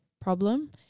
problem